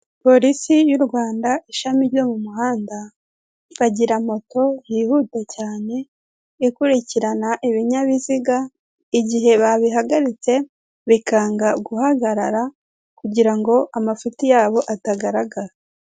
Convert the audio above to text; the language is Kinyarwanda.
Polisi y'u Rwanda ishami ryo mu muhanda bagira moto yihuta cyane ikurikirana ibinyabiziga igihe babihagaritse bikanga guhagarara kugira ngo amafuti yabo atagaragara.